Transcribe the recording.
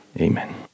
Amen